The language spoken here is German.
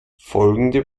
folgende